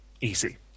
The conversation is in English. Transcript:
Easy